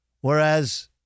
Whereas